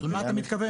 למה אתה מתכוון?